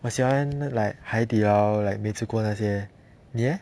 我喜欢 like 海底捞: hai di lao like 没吃过那些你 leh